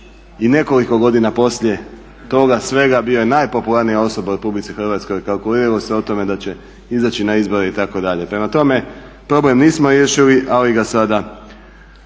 i nekoliko godina poslije toga svega bio je najpopularnija osoba u RH. Kalkuliralo se o tome da će izaći na izbore itd. Prema tome, problem nismo riješili ali ga sada